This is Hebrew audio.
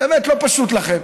באמת, לא פשוט לכם.